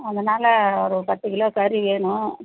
அதனால் ஒரு பத்து கிலோ கறி வேணும்